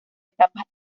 etapas